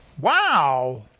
Wow